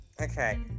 Okay